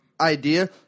idea